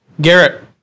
Garrett